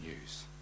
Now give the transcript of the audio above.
news